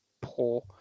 poor